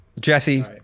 Jesse